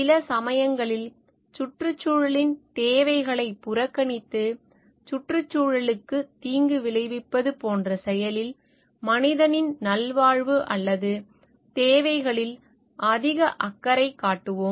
சில சமயங்களில் சுற்றுச்சூழலின் தேவைகளைப் புறக்கணித்து சுற்றுச்சூழலுக்கு தீங்கு விளைவிப்பது போன்ற செயலில் மனிதனின் நல்வாழ்வு அல்லது தேவைகளில் அதிக அக்கறை காட்டுவோம்